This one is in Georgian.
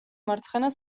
მარცხენა